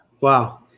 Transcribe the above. Wow